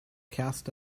cast